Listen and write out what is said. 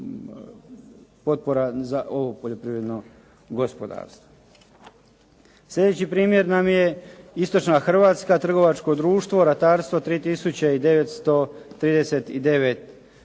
potpora za ovo poljoprivredno gospodarstvo. Sljedeći primjer nam je istočna Hrvatska, trgovačko društvo “Ratarstvo“ 3939